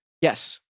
Yes